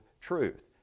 truth